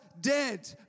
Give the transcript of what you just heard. dead